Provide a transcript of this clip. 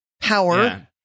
power